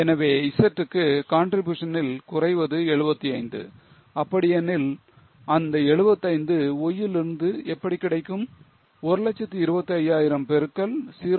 எனவே Z க்கு contribution னில் குறைவது 75 அப்படியெனில் இந்த 75 Y இலிருந்து எப்படி கிடைக்கும் 125000 பெருக்கல் 0